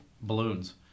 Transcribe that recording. balloons